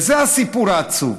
זה הסיפור העצוב.